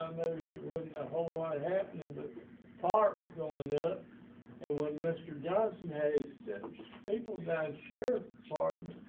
it wasn't a whole lot happening but park going up. and when mr. johnson has people not sure pardon?